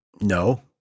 No